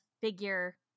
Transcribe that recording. figure